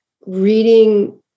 reading